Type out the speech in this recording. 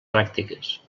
pràctiques